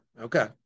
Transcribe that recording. Okay